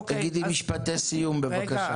תגידי משפטי סיום, בבקשה.